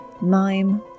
mime